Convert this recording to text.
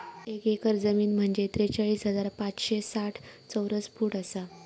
एक एकर जमीन म्हंजे त्रेचाळीस हजार पाचशे साठ चौरस फूट आसा